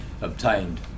obtained